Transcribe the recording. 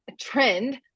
trend